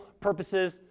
purposes